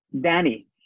Danny